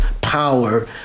power